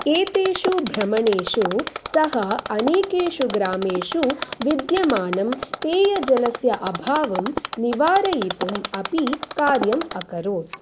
एतेषु भ्रमणेषु सः अनेकेषु ग्रामेषु विद्यमानं पेयजलस्य अभावं निवारयितुम् अपि कार्यम् अकरोत्